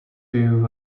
view